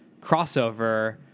crossover